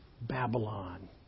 Babylon